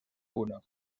uno